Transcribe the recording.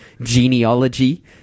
genealogy